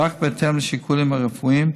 ורק בהתאם לשיקולים הרפואיים.